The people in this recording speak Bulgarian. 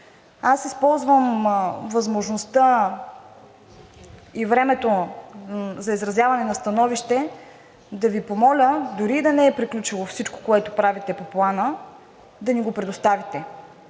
Аз използвам възможността и времето за изразяване на становище, за да Ви помоля, дори и да не е приключило всичко, което правите по Плана, да ни го предоставите